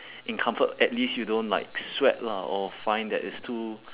in comfort at least you don't like sweat lah or find that it's too